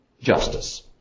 justice